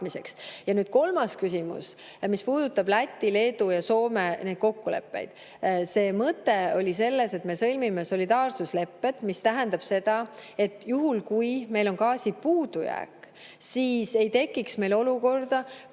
Ja nüüd kolmas küsimus, mis puudutab Läti, Leedu ja Soome neid kokkuleppeid. See mõte oli selles, et me sõlmime solidaarsuslepped, mis tähendab seda, et juhul kui meil on gaasi puudujääk, ei tekiks meil olukorda,